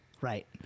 Right